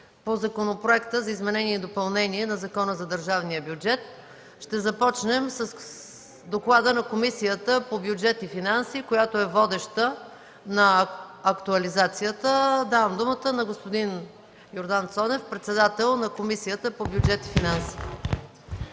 по Законопроекта за изменение и допълнение на Закона за държавния бюджет. Ще започнем с доклада на Комисията по бюджет и финанси, която е водеща. Давам думата на господин Йордан Цонев – председател на Комисията по бюджет и финанси.